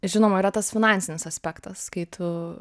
žinoma yra tas finansinis aspektas kai tu